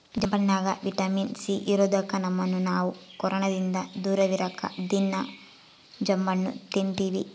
ಜಾಂಬಣ್ಣಗ vitamin C ಇರದೊಕ್ಕ ನಮ್ಮನ್ನು ನಾವು ಕೊರೊನದಿಂದ ದೂರವಿರಕ ದೀನಾ ಜಾಂಬಣ್ಣು ತಿನ್ತಿವಿ